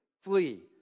Flee